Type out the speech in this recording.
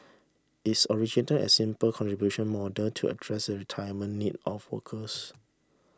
its originated as simple contribution model to address the retirement need of workers